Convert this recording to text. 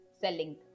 selling